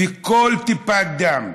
וכל טיפת דם,